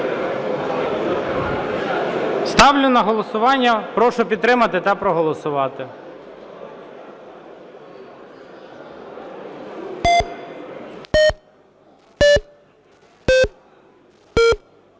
Ставлю на голосування. Прошу підтримати та проголосувати.